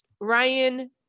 Ryan